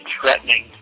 threatening